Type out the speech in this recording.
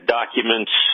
documents